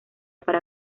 para